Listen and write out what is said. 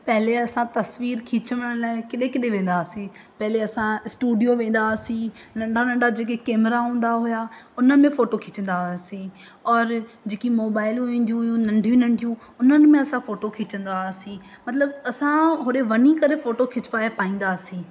पहले असां तस्वीर खीचण लाइ किॾे किॾे वेंदा हुआसीं पहले असां स्टूडियो वेंदा हुआसीं नंढा नंढा जेके कैमरा हूंदा हुया उन में फोटो खीचंदा हुआसीं और जेकी मोबाइलूं ईंदू हुयूं नंढियूं नंढियूं उन्हनि में असां फोटो खींचंदा हुआसीं मतिलबु असां होॾे वञी करे फोटो खिचवाए पाईंदा हुआसीं